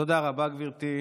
תודה רבה, גברתי.